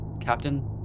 Captain